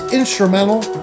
instrumental